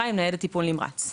חובר לניידת טיפול נמרץ.